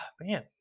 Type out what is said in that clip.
man